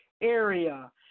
area